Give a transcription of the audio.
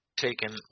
taken